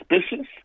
suspicious